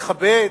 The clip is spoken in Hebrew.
לכבד.